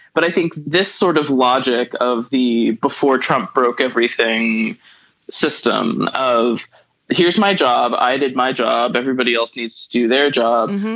but i think this sort of logic of the before trump broke everything system of here here's my job. i did my job everybody else needs to do their job.